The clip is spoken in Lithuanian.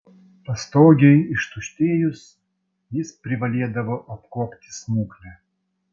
pastogei ištuštėjus jis privalėdavo apkuopti smuklę